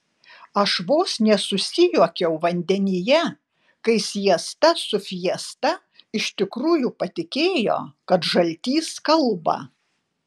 aš vos nesusijuokiau vandenyje kai siesta su fiesta iš tikrųjų patikėjo kad žaltys kalba